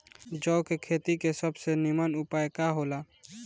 जौ के खेती के सबसे नीमन उपाय का हो ला?